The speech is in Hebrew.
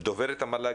את דוברת המל"ג